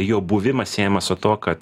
jo buvimas siejamas su tuo kad